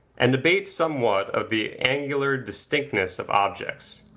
and abate somewhat of the angular distinctness of objects.